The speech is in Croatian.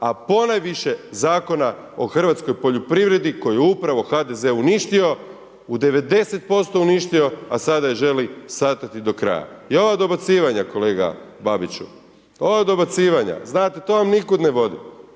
a ponajviše Zakona o hrvatskoj poljoprivredi koju je upravo HDZ uništio, u 90% uništio, a sada je želi satrati do kraja. I ova dobacivanja kolega Babiću, ova dobacivanja, znate to vam nikuda ne vodi,